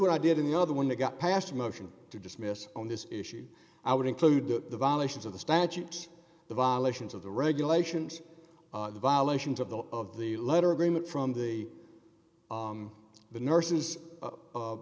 what i did in the other one that got passed a motion to dismiss on this issue i would include the violations of the statutes the violations of the regulations the violations of the of the letter agreement from the the nurse's